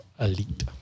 elite